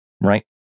Right